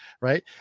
Right